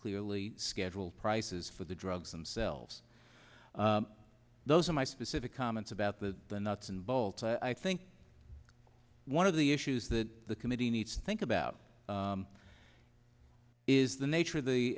clearly schedule prices for the drugs themselves those are my specific comments about the the nuts and bolts i think one of the issues that the committee needs think about is the nature of the